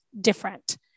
different